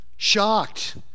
Shocked